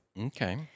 Okay